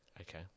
Okay